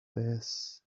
this